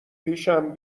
پیشم